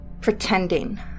pretending